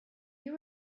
you